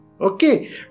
Okay